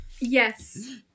Yes